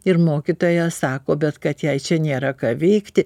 ir mokytoja sako bet kad jai čia nėra ką veikti